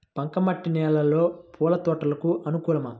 బంక మట్టి నేలలో పూల తోటలకు అనుకూలమా?